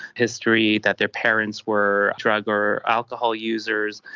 history that their parents were drug or alcohol users,